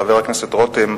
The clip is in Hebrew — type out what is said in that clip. חבר הכנסת רותם,